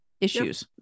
Issues